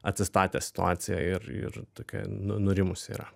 atsistatė situacija ir ir tokia nu nurimusi yra